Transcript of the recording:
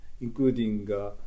including